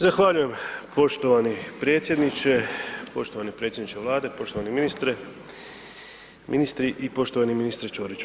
Zahvaljujem poštovani predsjedniče, poštovani predsjedniče Vlade, poštovani ministre, ministri i poštovani ministre Ćoriću.